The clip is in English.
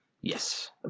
Yes